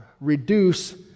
reduce